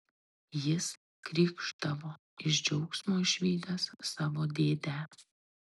jis krykšdavo iš džiaugsmo išvydęs savo dėdę